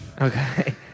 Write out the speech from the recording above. Okay